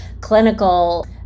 clinical